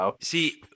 See